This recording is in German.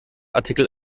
artikel